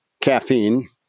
caffeine